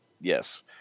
yes